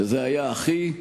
וזה היה אחי,